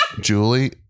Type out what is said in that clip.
Julie